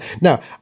Now